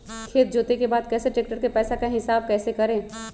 खेत जोते के बाद कैसे ट्रैक्टर के पैसा का हिसाब कैसे करें?